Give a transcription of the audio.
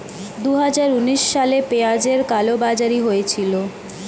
দুহাজার উনিশ সালে পেঁয়াজের কালোবাজারি হয়েছিল